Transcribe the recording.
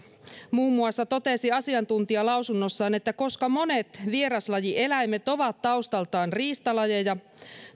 totesi asiantuntijalausunnossaan että koska monet vieraslajieläimet ovat taustaltaan riistalajeja